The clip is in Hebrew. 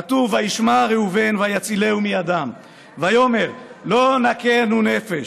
כתוב: "וישמע ראובן ויצִלהו מידם ויאמר לא נכנו נפש.